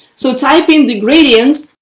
so type in the gradients.